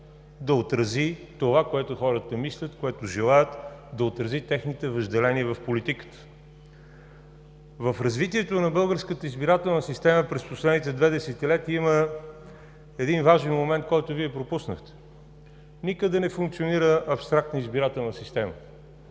да отрази това, което хората мислят, което желаят, да отрази техните въжделения в политиката. В развитието на българската избирателна система през последните две десетилетия има един важен момент, който Вие пропуснахте. Никъде не функционира абстрактна избирателна система.